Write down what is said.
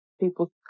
people